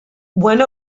one